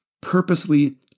purposely